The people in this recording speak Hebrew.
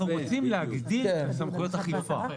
אנחנו רוצים להגדיל את סמכויות האכיפה.